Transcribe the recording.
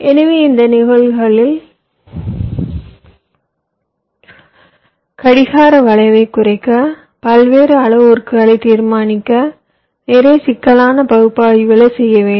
எனவே இந்த நிகழ்வுகளில் கடிகார வளைவைக் குறைக்க பல்வேறு அளவுருக்களைத் தீர்மானிக்க நிறைய சிக்கலான பகுப்பாய்வுகளைச் செய்ய வேண்டும்